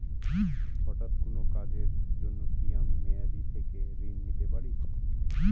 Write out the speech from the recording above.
হঠাৎ কোন কাজের জন্য কি আমি মেয়াদী থেকে ঋণ নিতে পারি?